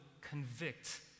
convict